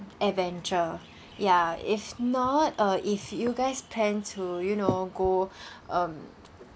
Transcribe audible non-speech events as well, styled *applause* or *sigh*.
adventure *breath* ya if not uh if you guys plan to you know go *breath* um